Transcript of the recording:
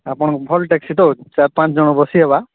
ଆପଣଙ୍କ ଭଲ୍ ଟ୍ୟାକ୍ସି ତ ଚାର୍ ପାଞ୍ଚ୍ ଜଣ ବସିହେବା